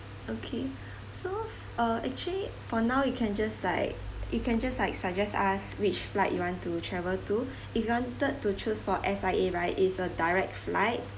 okay so uh actually for now you can just like you can just like suggest us which flight you want to travel to if you wanted to choose for S_I_A right is a direct flight